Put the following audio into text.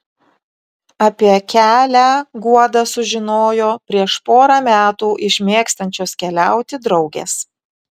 apie kelią guoda sužinojo prieš porą metų iš mėgstančios keliauti draugės